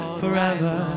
forever